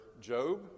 Job